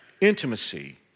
intimacy